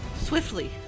Swiftly